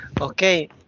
Okay